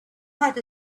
had